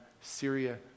Syria